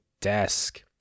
desk